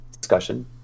discussion